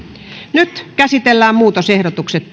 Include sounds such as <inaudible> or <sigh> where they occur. nyt käsitellään muutosehdotukset <unintelligible>